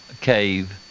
Cave